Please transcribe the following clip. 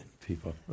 people